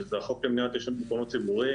שזה החוק למניעת עישון במקומות ציבוריים.